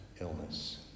illness